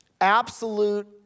absolute